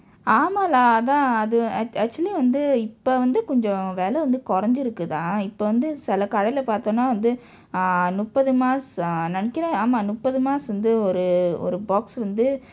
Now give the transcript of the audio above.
ஆமாம்:aamam lah அதான் அது:athaan athu actually வந்து இப்ப வந்து கொஞ்சம் விலை வந்து குறைந்திருக்கு தான் இப்போ வந்து சில கடையில் பார்த்தோம்னா வந்து:vanthu ippa vanthu koncham vilai vanthu kurainthirruku thaan ippo vanthu sila kadaiyil parthomena vanthu ah முப்பது:muppathu mask நினைக்கிறேன் ஆமாம் முப்பது:ninaikkiraen aamam muppathu mask வந்து ஒரு ஒரு:vanthu oru oru box வந்து:vanthu